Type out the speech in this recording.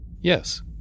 Yes